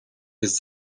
jest